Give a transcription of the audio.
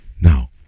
Now